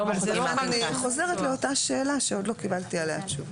אז אני חוזרת לאותה שאלה שעוד לא קיבלתי עליה תשובה: